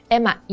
Emma